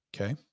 Okay